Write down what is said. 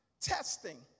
testing